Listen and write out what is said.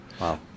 Wow